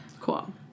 Cool